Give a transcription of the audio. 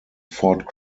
fort